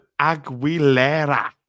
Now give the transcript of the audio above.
Aguilera